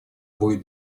будет